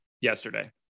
yesterday